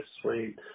Sweet